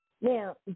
Now